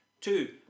Two